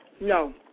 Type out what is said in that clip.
no